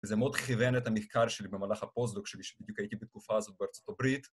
וזה מאוד כיוון את המחקר שלי במהלך הפוסט-דוק שלי, שבדיוק הייתי בתקופה הזאת בארצות הברית.